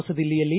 ಹೊಸ ದಿಲ್ಲಿಯಲ್ಲಿ